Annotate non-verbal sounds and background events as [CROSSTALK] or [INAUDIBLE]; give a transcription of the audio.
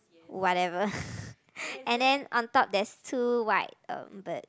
whatever [LAUGHS] and then on top there's two white um bird